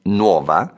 nuova